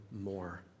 more